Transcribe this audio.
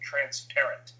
transparent